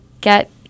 get